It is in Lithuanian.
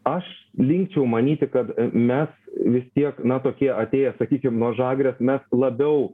aš linkčiau manyti kad mes vis tiek na tokie atėję sakykim nuo žagrės mes labiau